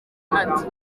ati